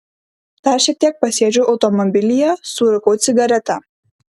dar šiek tiek pasėdžiu automobilyje surūkau cigaretę